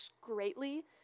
greatly